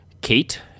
Kate